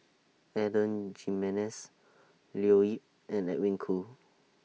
Adan Jimenez Leo Yip and Edwin Koo